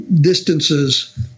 distances